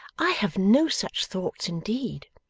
i have no such thoughts, indeed